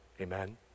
Amen